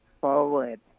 forward